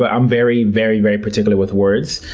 but i'm very, very, very particular with words.